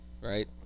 Right